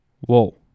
whoa